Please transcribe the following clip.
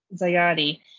Zayadi